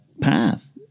path